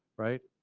right?